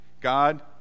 God